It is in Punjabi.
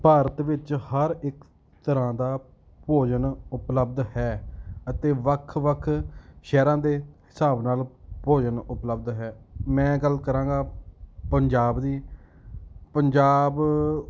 ਭਾਰਤ ਵਿੱਚ ਹਰ ਇੱਕ ਤਰ੍ਹਾਂ ਦਾ ਭੋਜਨ ਉਪਲਬਧ ਹੈ ਅਤੇ ਵੱਖ ਵੱਖ ਸ਼ਹਿਰਾਂ ਦੇ ਹਿਸਾਬ ਨਾਲ ਭੋਜਨ ਉਪਲਬਧ ਹੈ ਮੈਂ ਗੱਲ ਕਰਾਂਗਾ ਪੰਜਾਬ ਦੀ ਪੰਜਾਬ